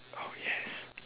oh yes